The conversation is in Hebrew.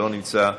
לא נמצא,